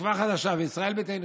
תקווה חדשה וישראל ביתנו,